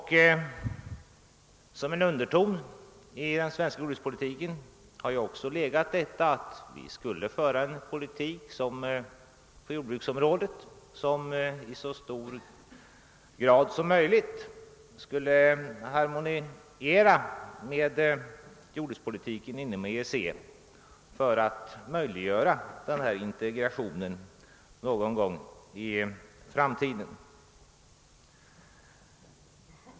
Som en underton i den svenska jordbrukspolitiken har också legat, att vi skulle föra en politik på jordbrukets område som i så hög grad som möjligt harmonierar med jordbukspolitiken inom EEC-länderna för att därmed möjliggöra en integration någon gång i framtiden.